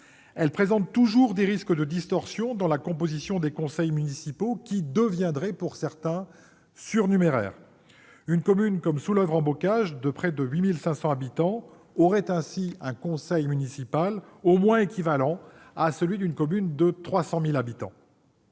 Elle présente toujours des risques de distorsionsdans la composition des conseils municipaux, dont certains deviendraient surnuméraires. Une commune commeSouleuvre en Bocage, qui compte près de 8 500 habitantsaurait un conseil municipal au moins équivalent àcelui d'une commune de 300 000 habitants.